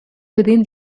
within